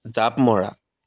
জাঁপ মৰা